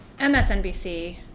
MSNBC